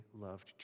loved